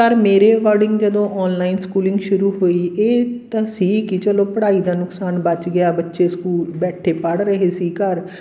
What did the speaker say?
ਪਰ ਮੇਰੇ ਅਕੋਡਿੰਗ ਜਦੋਂ ਔਨਲਾਈਨ ਸਕੂਲਿੰਗ ਸ਼ੁਰੂ ਹੋਈ ਇਹ ਤਾਂ ਸੀ ਕਿ ਚਲੋ ਪੜ੍ਹਾਈ ਦਾ ਨੁਕਸਾਨ ਬਚ ਗਿਆ ਬੱਚੇ ਸਕੂਲ ਬੈਠੇ ਪੜ੍ਹ ਰਹੇ ਸੀ ਘਰ